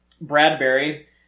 Bradbury